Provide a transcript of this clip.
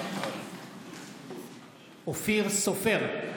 מתחייבת אני אופיר סופר,